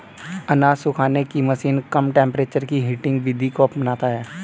अनाज सुखाने की मशीन कम टेंपरेचर की हीटिंग विधि को अपनाता है